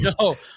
no